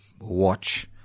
watch